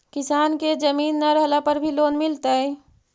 किसान के जमीन न रहला पर भी लोन मिलतइ?